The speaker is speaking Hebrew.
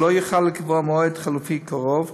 הוא יוכל לקבוע מועד חלופי קרוב,